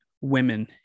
women